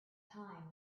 time